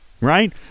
right